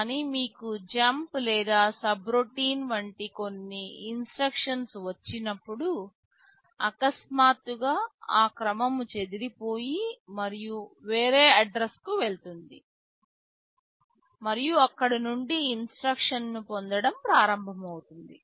కానీ మీకు జంప్ లేదా సబ్రొటీన్ కాల్ వంటి కొన్ని ఇన్స్ట్రక్షన్స్ వచ్చినప్పుడు అకస్మాత్తుగా ఆ క్రమం చెదిరిపోయి మరియు వేరే అడ్రస్ కు వెళ్తుంది మరియు అక్కడ నుండి ఇన్స్ట్రక్షన్స్ ను పొందడం ప్రారంభమౌతుంది